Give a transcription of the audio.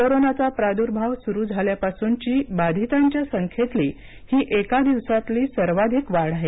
कोरोनाचा प्रादुर्भाव सुरू झाल्यापासूनची बाधितांच्या संख्येतली ही एका दिवसातली सर्वाधिक वाढ आहे